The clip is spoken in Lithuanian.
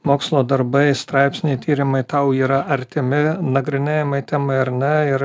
mokslo darbai straipsniai tyrimai tau yra artimi nagrinėjamai temai ar ne ir